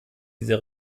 dieser